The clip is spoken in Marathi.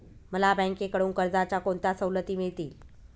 मला बँकेकडून कर्जाच्या कोणत्या सवलती मिळतील?